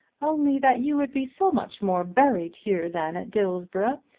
only that you would be so much more buried here than at dillsborough.